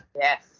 Yes